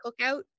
cookout